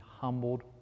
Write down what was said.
humbled